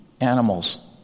animals